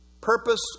purpose